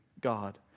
God